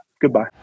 Goodbye